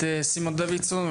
הכנסת סימון דוידסון,